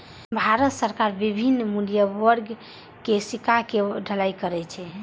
भारत सरकार विभिन्न मूल्य वर्ग के सिक्का के ढलाइ करै छै